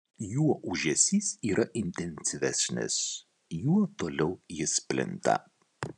juo ūžesys yra intensyvesnis juo toliau jis plinta